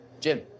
Jim